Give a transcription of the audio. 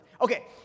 Okay